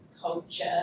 culture